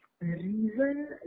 reason